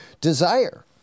desire